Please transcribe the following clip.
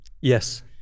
Yes